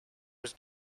was